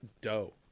dough